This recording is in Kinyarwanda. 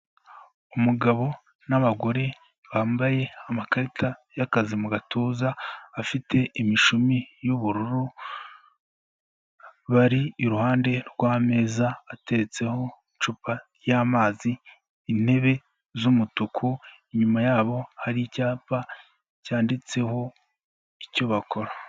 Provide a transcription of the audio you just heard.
Umugabo n'abagore bambaye amakarita y'akazi mu gatuza, afite imishumi y'ubururu, bari iruhande rw'ameza ateretseho icupa ry'amazi, intebe z'umutuku, inyuma yabo hari icyapa cyanditseho icyo bakora.